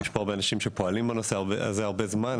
יש פה הרבה אנשים שפועלים בנושא הזה הרבה זמן,